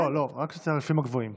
לא, רק על התעריפים הגבוהים.